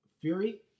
Fury